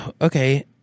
okay